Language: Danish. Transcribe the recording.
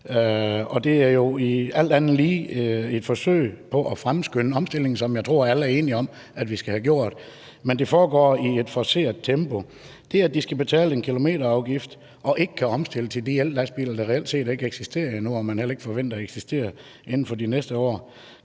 det er jo alt andet lige i et forsøg på at fremskynde omstillingen, som jeg tror alle er enige om at vi skal have lavet, men det foregår i et forceret tempo. Det, at de skal betale en kilometerafgift og ikke kan omstille til de ellastbiler, der reelt set ikke eksisterer endnu, og som man heller ikke forventer eksisterer inden for de næste år,